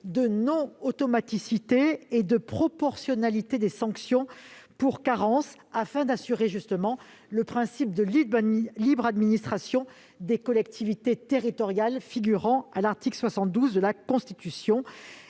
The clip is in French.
de non-automaticité et de proportionnalité des sanctions pour carence, et ce afin de respecter le principe de libre administration des collectivités territoriales figurant à l'article 72 de la Constitution.